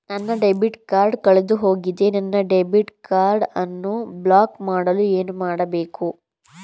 ನನ್ನ debit card ಕಳೆದುಹೋಗಿದೆ ನನ್ನ ಡೆಬಿಟ್ ಕಾರ್ಡ್ ಅನ್ನು ಬ್ಲಾಕ್ ಮಾಡಲು ಏನು ಮಾಡಬೇಕು?